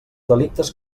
delictes